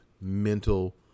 mental